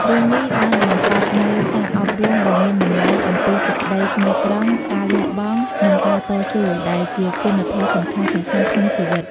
រឿងនេះបានបង្កប់នូវ សារអប់រំដ៏មានតម្លៃអំពីសេចក្តីស្មោះត្រង់ ការលះបង់ និងការតស៊ូ ដែលជាគុណធម៌សំខាន់ៗក្នុងជីវិត។